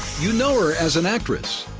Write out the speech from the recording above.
you know her as an actress.